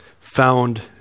found